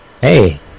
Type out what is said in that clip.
Hey